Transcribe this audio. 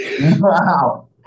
Wow